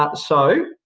ah so,